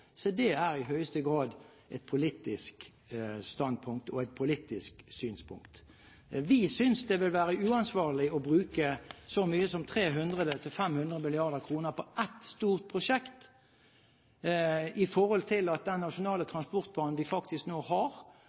et politisk synspunkt. Vi synes det vil være uansvarlig å bruke så mye som 300–500 mrd. kr på ett stort prosjekt, i forhold til at den nasjonale transportplanen vi nå har